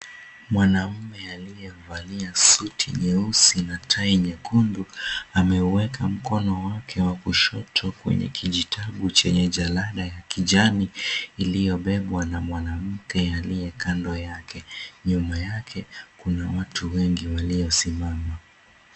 Mwanaume aliyevalia suti nyeusi na tai nyekundu, ameweka mkono wake wa kushoto kwenye kijitabu chenye jalada ya kijaniniliyobebwa na mwanamke aliye kando yake. Nyuma yake kuna watu wengi waliosimama.